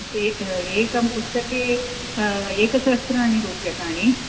एक एकं पुस्तकं एकसहस्राणि रूप्यकाणि